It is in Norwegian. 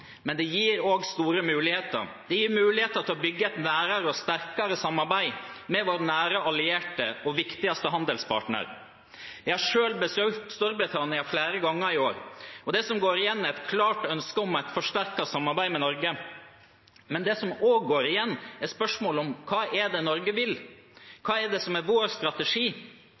men det gir også store muligheter. Det gir muligheter til å bygge et nærere og sterkere samarbeid med vår nære allierte og viktigste handelspartner. Jeg har selv besøkt Storbritannia flere ganger i år, og det som går igjen, er et klart ønske om et forsterket samarbeid med Norge. Men det som også går igjen, er spørsmålet: Hva er det Norge vil? Hva er det som er vår strategi?